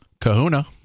Kahuna